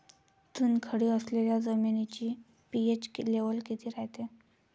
चुनखडी असलेल्या जमिनीचा पी.एच लेव्हल किती रायते?